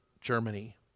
Germany